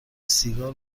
سیگار